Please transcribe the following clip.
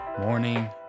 morning